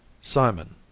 Simon